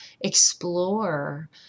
explore